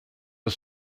are